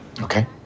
Okay